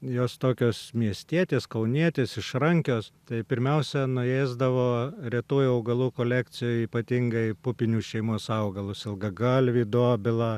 jos tokios miestietės kaunietės išrankios tai pirmiausia nuėsdavo retųjų augalų kolekcijoj ypatingai pupinių šeimos augalus ilgagalvį dobilą